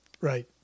Right